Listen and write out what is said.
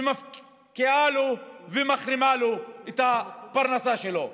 ומפקיעה לו ומחרימה לו את הפרנסה שלו.